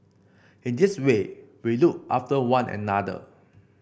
in this way we look after one another